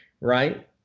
right